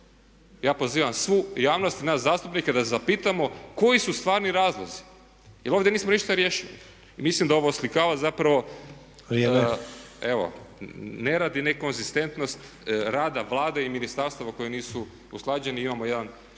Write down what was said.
Ja pozivam svu javnost, nas zastupnike da se zapitamo koji su stvarni razlozi jer ovdje nismo ništa riješili i mislim da ovo oslikava zapravo evo nerad i ne konzistentnost rada Vlade i ministarstava koje nisu usklađeni imamo jedan